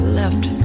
left